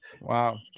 Wow